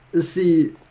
see